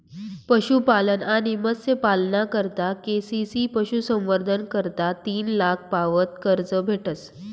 पशुपालन आणि मत्स्यपालना करता के.सी.सी पशुसंवर्धन करता तीन लाख पावत कर्ज भेटस